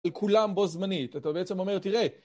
לכולם בו זמנית, אתה בעצם אומר, תראה